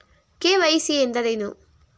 KYC ಎಂದರೇನು?